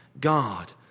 God